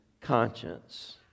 conscience